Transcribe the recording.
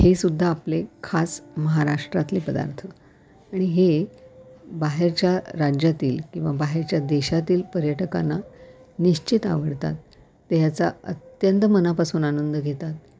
हे सुुद्धा आपले खास महाराष्ट्रातले पदार्थ आणि हे बाहेरच्या राज्यातील किंवा बाहेरच्या देशातील पर्यटकांना निश्चित आवडतात ते ह्याचा अत्यंत मनापासून आनंद घेतात